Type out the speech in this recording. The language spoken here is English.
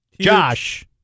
Josh